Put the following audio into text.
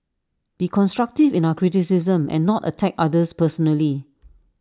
be constructive in our criticisms and not attack others personally